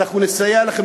אנחנו נסייע לכם,